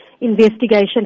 investigation